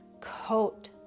coat